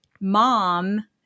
mom